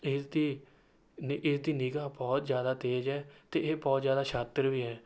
ਇਸਦੀ ਨ ਇਸਦੀ ਨਿਗ੍ਹਾ ਬਹੁਤ ਜ਼ਿਆਦਾ ਤੇਜ਼ ਹੈ ਅਤੇ ਇਹ ਬਹੁਤ ਜ਼ਿਆਦਾ ਸ਼ਾਤਿਰ ਵੀ ਹੈ